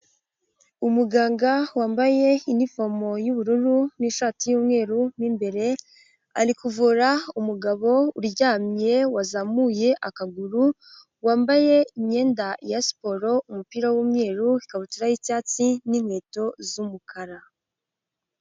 Umuganga wambaye inifomo y'ubururu n'ishati y'umweru mo imbere, ari kuvura umugabo uryamye wazamuye akaguru, wambaye imyenda ya siporo umupira w'umweru, ikabutura y'icyatsi n'inkweto z'umukara.